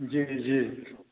जी जी